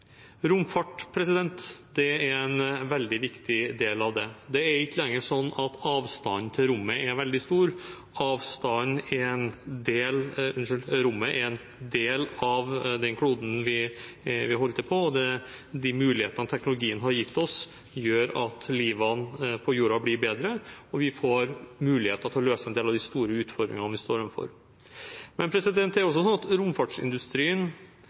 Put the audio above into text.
Romfart er en veldig viktig del av det. Det er ikke lenger sånn at avstanden til rommet er veldig stor. Rommet er en del av den kloden vi holder til på, og de mulighetene teknologien har gitt oss, gjør at livene på jorden blir bedre, og vi får muligheter til å løse en del av de store utfordringene vi står overfor. Men det er også sånn at romfartsindustrien